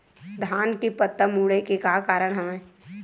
धान के पत्ता मुड़े के का कारण हवय?